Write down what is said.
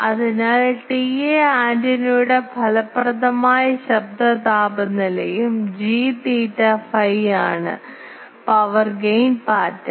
അതിനാൽ TA ആന്റിനയുടെ ഫലപ്രദമായ ശബ്ദ താപനിലയും ജി തീറ്റ ഫൈ ആണ് പവർ ഗെയിൻ പാറ്റേൺ